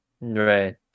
Right